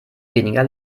weniger